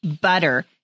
butter